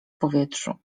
powietrzu